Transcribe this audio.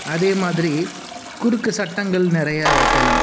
அதேமாதிரி குறுக்கு சட்டங்கள் நிறையா வைக்கலாம்